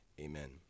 amen